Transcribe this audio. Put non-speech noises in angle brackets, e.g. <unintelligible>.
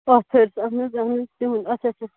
<unintelligible> اَہَن حظ اَہَن حظ تِہُنٛد اچھا اچھا